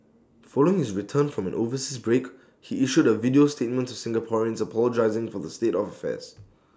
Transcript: following his return from an overseas break he issued A video statement to Singaporeans apologising for the state of affairs